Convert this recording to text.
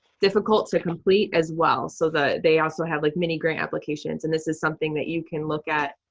difficult to complete, as well, so that they also have like many grant applications, and this is something that you can look at,